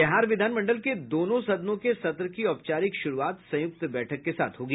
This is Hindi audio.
बिहार विधानमंडल के दोनों सदनों के सत्र की औपचारिक शुरुआत संयुक्त बैठक के साथ होगी